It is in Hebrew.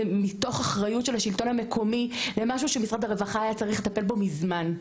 מתוך אחריות של השלטון המקומי למשהו שמשרד הרווחה היה צריך לטפל בו מזמן.